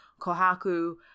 kohaku